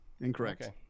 Incorrect